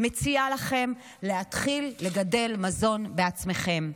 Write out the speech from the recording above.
אני מציעה לכם להתחיל לגדל מזון בעצמכם,